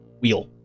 wheel